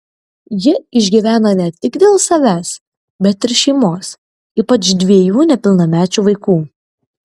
ji išgyvena ne tik dėl savęs bet ir šeimos ypač dviejų nepilnamečių vaikų